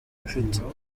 mfite